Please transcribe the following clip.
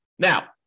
Now